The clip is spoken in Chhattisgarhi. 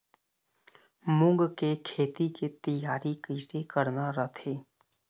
मूंग के खेती के तियारी कइसे करना रथे?